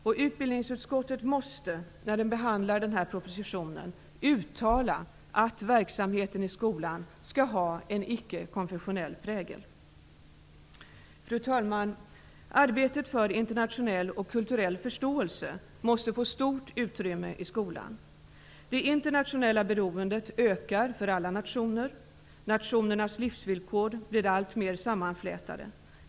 När man behandlar den här propositionen i utbildningsutskottet måste man uttala att verksamheten i skolan skall ha en ickekonfessionell prägel. Fru talman! Arbetet för internationell och kulturell förståelse måste få stort utrymme i skolan. Det internationella beroendet ökar för alla nationer. Nationernas livsvillkor blir alltmer sammanflätade.